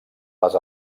les